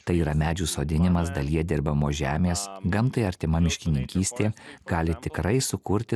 tai yra medžių sodinimas dalyje dirbamos žemės gamtai artima miškininkystė gali tikrai sukurti